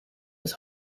was